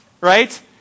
right